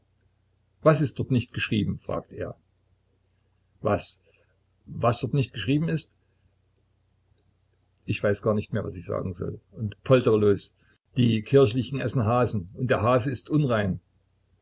was ist dort nicht geschrieben fragt er was was dort noch nicht geschrieben ist ich weiß gar nicht mehr was ich sagen soll und poltere los die kirchlichen essen hasen und der hase ist unrein